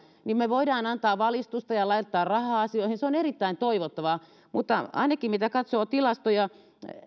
niin me voimme antaa valistusta ja laittaa rahaa asioihin se on erittäin toivottavaa mutta ainakin mitä katsoo tilastoja